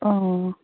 अ